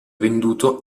venduto